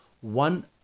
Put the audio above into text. one